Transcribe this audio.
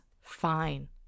fine